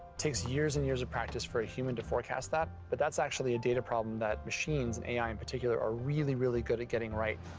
takes years and years of practice for a human to forecast that, but that's actually a data problem that machines, and a i. in particular, are really, really good at getting right.